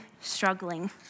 struggling